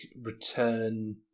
return